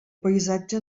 paisatge